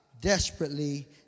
desperately